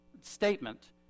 statement